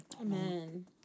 Amen